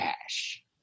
cash